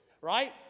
Right